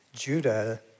Judah